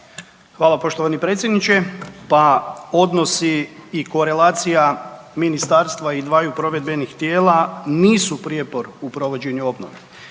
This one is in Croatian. Hvala poštovani predsjedniče. Pa odnosi i korelacija Ministarstva i dvaju provedbenih tijela nisu prijepor u provođenju obnove.